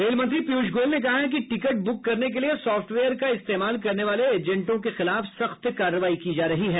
रेलमंत्री पीयूष गोयल ने कहा है कि टिकट बुक करने के लिए सॉफ्टवेयर का इस्तेमाल करने वाले एजेंटों के खिलाफ सख्त कार्रवाई की जा रही है